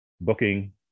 booking